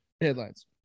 headlines